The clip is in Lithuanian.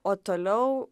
o toliau